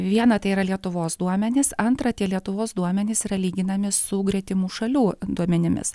viena tai yra lietuvos duomenys antra tie lietuvos duomenys yra lyginami su gretimų šalių duomenimis